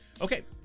Okay